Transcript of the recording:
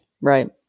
right